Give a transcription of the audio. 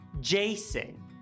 Jason